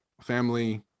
family